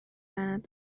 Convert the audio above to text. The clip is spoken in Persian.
لعنت